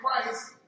Christ